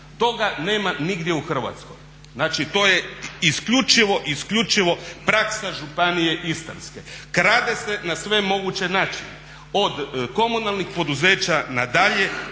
Toga nema nigdje u Hrvatskoj, znači to je isključivo, isključivo praksa Županije istarske. Krade se na sve moguće načine, od komunalnih poduzeća nadalje